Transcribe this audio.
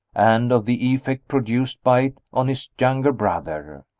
and of the effect produced by it on his younger brother.